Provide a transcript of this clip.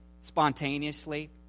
spontaneously